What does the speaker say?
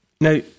Now